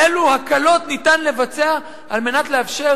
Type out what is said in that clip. אילו הקלות ניתן לבצע על מנת לאפשר